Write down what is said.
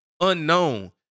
unknown